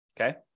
Okay